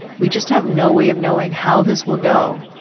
we just have no way of knowing how this will go,